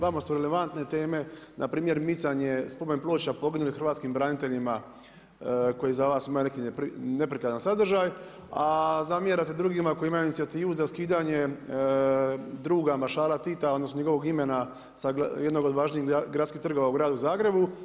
Vama su relevantne teme npr. micanje spomen ploča poginulim hrvatskim braniteljima koji za vas ima neprikladan sadržaj, a zamjerate drugima koji imaju inicijativu za skidanje druga maršala Tita odnosno njegovog imena sa jednog od važnijih gradskih trgova u gradu Zagrebu.